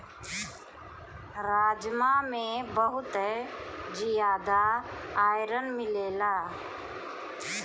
राजमा में बहुते जियादा आयरन मिलेला